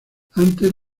antes